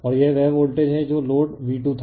और यह वह वोल्टेज है जो लोड V2 था